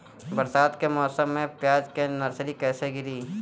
बरसात के मौसम में प्याज के नर्सरी कैसे गिरी?